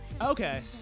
Okay